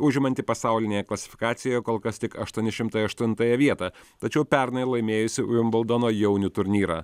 užimantį pasaulinėje klasifikacijoje kol kas tik aštuoni šimtai aštuntą vietą tačiau pernai laimėjusį vimbildono jaunių turnyrą